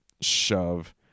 shove